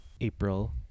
april